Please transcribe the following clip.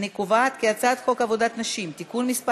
אני קובעת כי הצעת חוק עבודת נשים (תיקון מס'